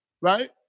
right